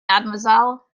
mademoiselle